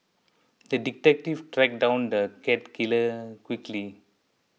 the detective tracked down the cat killer quickly